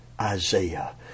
Isaiah